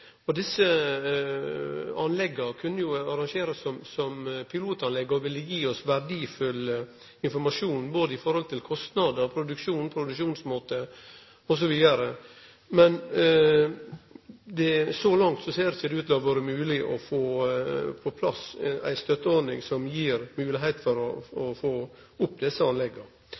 produksjon. Desse anlegga kunne jo arrangerast som pilotanlegg, og dei ville gitt oss verdifull informasjon, både i forhold til kostnader, produksjon, produksjonsmåte osv. Men så langt ser det ikkje ut til å ha vore mogleg å få plass ei støtteordning for å få opp desse anlegga.